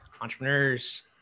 entrepreneurs